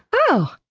oh!